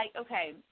okay